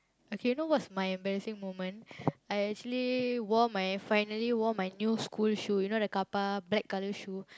okay you know what's my embarrassing moment I actually wore my finally wore my new school shoe you know the Kappa black colour shoe